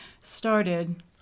started